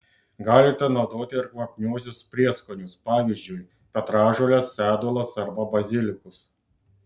galite naudoti ir kvapniuosius prieskonius pavyzdžiui petražoles sedulas arba bazilikus